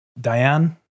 Diane